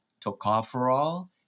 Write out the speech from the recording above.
tocopherol